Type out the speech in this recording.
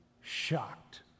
shocked